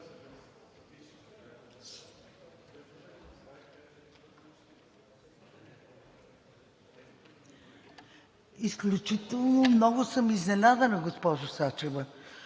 Изключително много съм изненадана, госпожо Сачева.